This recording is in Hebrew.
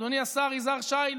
אדוני השר יזהר שי,